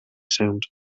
sound